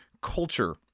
culture